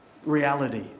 reality